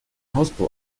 hausbau